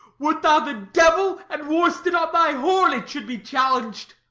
wert thou the devil and wor'st it on thy horn, it should be challeng'd.